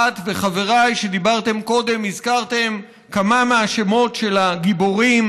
את וחבריי שדיברתם קודם הזכרתם כמה מהשמות של הגיבורים: